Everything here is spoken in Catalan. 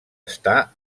està